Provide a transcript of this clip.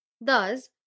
Thus